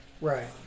right